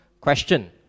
question